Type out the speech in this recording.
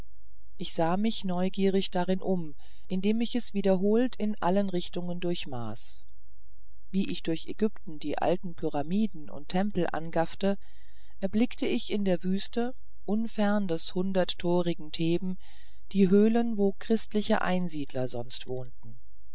ich sah mich neugierig darin um indem ich es wiederholt in allen richtungen durchmaß wie ich durch ägypten die alten pyramiden und tempel angaffte erblickte ich in der wüste unfern des hunderttorigen theben die höhlen wo christliche einsiedler sonst wohnten